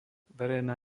verejná